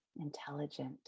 intelligent